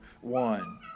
one